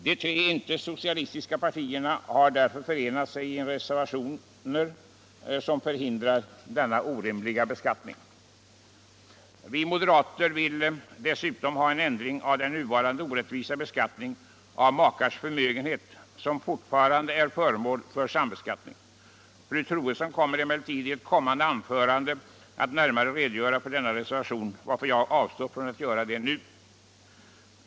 De tre icke-socialistiska partierna har därför förenat sig i en reservation, som vill förhindra denna orimliga beskattning. Vi moderater vill dessutom ha en ändring av den nuvarande orättvisa beskattningen av makas förmögenhet, som fortfarande är föremål för sambeskattning. Men eftersom fru Troedsson i ett senare anförande kommer att närmare redogöra för denna reservation avstår jag från att kommentera den nu.